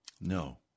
No